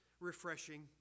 refreshing